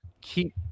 keep